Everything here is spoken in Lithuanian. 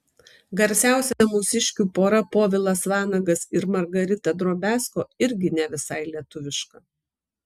garsiausia mūsiškių pora povilas vanagas ir margarita drobiazko irgi ne visai lietuviška